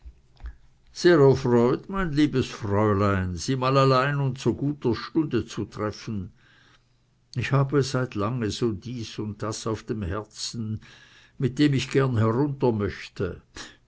erfreut mein liebes fräulein sie mal allein und zu so guter stunde zu treffen ich habe seit lange so dies und das auf dem herzen mit dem ich gern herunter möchte